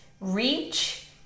reach